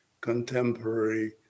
contemporary